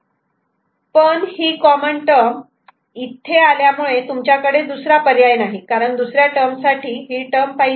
C' पण ही common term इथे आल्यामुळे तुमच्याकडे दुसरा पर्याय नाही कारण दुसऱ्या टर्म साठी ही टर्म पाहिजे